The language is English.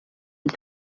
and